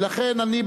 ולכן אני,